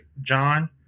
John